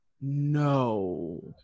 no